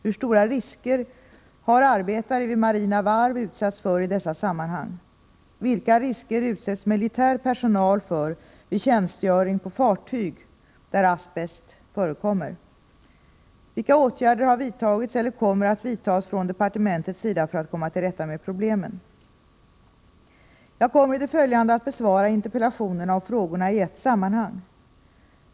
—- Hur stora risker har arbetare vid marina varv utsatts för i dessa sammanhang? —- Vilka åtgärder har vidtagits eller kommer att vidtas från departementets sida för att komma till rätta med problemen? Jag kommer i det följande att besvara interpellationerna och frågorna i ett sammanhang.